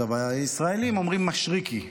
הישראלים אומרים "משריקי".